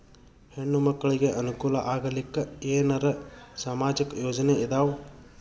ಹೆಣ್ಣು ಮಕ್ಕಳಿಗೆ ಅನುಕೂಲ ಆಗಲಿಕ್ಕ ಏನರ ಸಾಮಾಜಿಕ ಯೋಜನೆ ಇದಾವ?